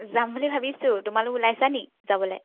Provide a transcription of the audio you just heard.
যাম বুলি ভাবিছোঁ তোমালোক ওলাইছা নি যাবলৈ